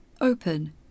open